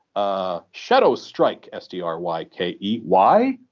ah shadow stryke s t r y k e, why,